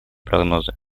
прогнозы